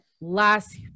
last